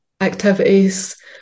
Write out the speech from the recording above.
activities